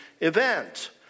event